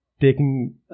taking